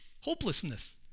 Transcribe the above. hopelessness